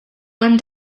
one